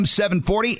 740